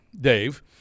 Dave